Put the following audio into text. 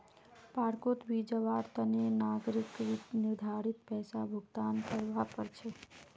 पार्कोंत भी जवार तने नागरिकक निर्धारित पैसा भुक्तान करवा पड़ छे